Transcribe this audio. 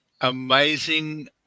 amazing